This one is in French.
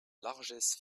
largesses